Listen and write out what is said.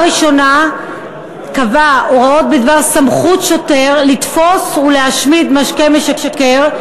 הראשונה קבעה הוראות בדבר סמכות שוטר לתפוס ולהשמיד משקה משכר,